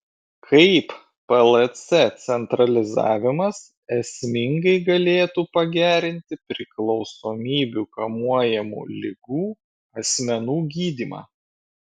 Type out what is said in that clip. kaip plc centralizavimas esmingai galėtų pagerinti priklausomybių kamuojamų ligų asmenų gydymą